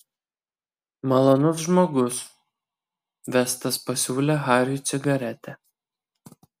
malonus žmogus vestas pasiūlė hariui cigaretę